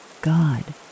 God